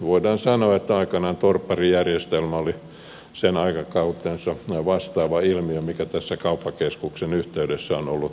voidaan sanoa että aikoinaan torpparijärjestelmä oli aikakautensa vastaava ilmiö mikä tässä kauppakeskuksen yhteydessä on ollut viime aikoina